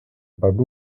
pablo